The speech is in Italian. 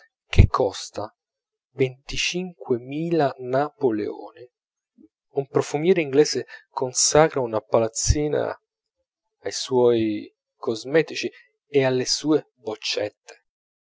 che costa venticinque mila napoleoni un profumiere inglese consacra una palazzina ai suoi cosmetici e alle sue boccette